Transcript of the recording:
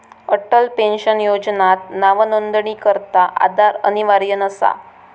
Atal pension योजनात नावनोंदणीकरता आधार अनिवार्य नसा